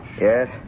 Yes